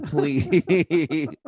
please